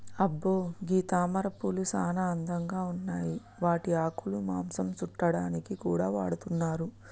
అబ్బో గీ తామరపూలు సానా అందంగా ఉన్నాయి వాటి ఆకులు మాంసం సుట్టాడానికి కూడా వాడతున్నారు